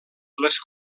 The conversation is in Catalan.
les